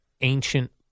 ancient